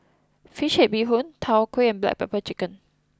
Fish Head Bee Hoon Tau Huay and Black Pepper Chicken